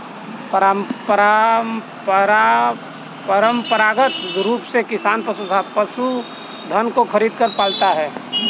परंपरागत रूप से किसान पशुधन को खरीदकर पालता है